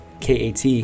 kat